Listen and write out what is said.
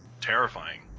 terrifying